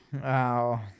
wow